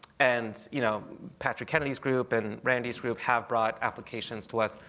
and you know, patrick kennedy's group and randy's group have brought applications to us.